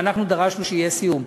ואנחנו דרשנו שיהיה סיום.